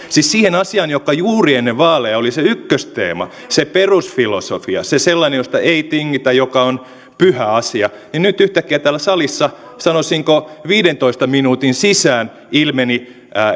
asiaan siis siihen asiaan joka juuri ennen vaaleja oli se ykkösteema se perusfilosofia se sellainen josta ei tingitä joka on pyhä asia nyt yhtäkkiä täällä salissa sanoisinko viidentoista minuutin sisään ilmeni